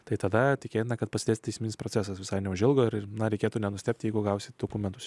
tai tada tikėtina kad pasieks teisminis procesas visai neužilgo ir man reikėtų nenustebti jeigu gausiu dokumentus